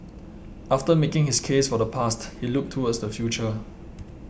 after making his case for the past he looked towards the future